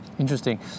Interesting